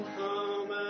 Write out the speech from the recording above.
come